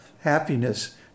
happiness